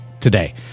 today